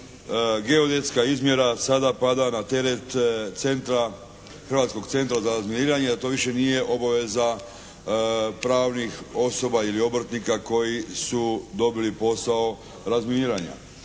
geodetska izmjera sada pada na teret Hrvatskog centra za razminiranje, da to više nije obaveza pravnih osoba ili obrtnika koji su dobili posao razminiranja.